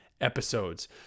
episodes